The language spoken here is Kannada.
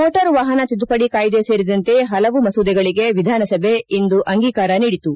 ಮೋಟಾರ್ ವಾಹನ ತಿದ್ದುಪಡಿ ಕಾಯ್ದೆ ಸೇರಿದಂತೆ ಪಲವು ಮಸೂದೆಗಳಿಗೆ ವಿಧಾನಸಭೆ ಇಂದು ಅಂಗೀಕಾರ ನೀಡಿತು